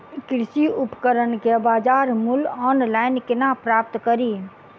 कृषि उपकरण केँ बजार मूल्य ऑनलाइन केना प्राप्त कड़ी?